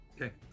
Okay